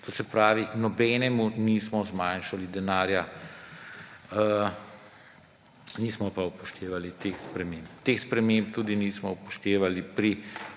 To se pravi, da nobenemu nismo zmanjšali denarja, nismo pa upoštevali teh sprememb. Teh sprememb tudi nismo upoštevali pri